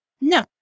No